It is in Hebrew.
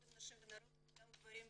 עם נשים ונערות אבל גם עם גברים ובנים.